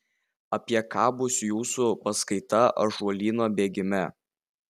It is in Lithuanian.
apie ką bus jūsų paskaita ąžuolyno bėgime